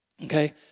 okay